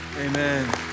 Amen